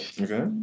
Okay